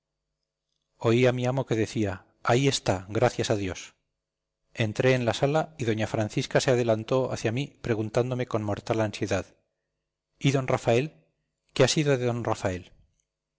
oí a mi amo que decía ahí está gracias a dios entré en la sala y doña francisca se adelantó hacia mí preguntándome con mortal ansiedad y d rafael qué ha sido de d rafael